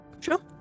Sure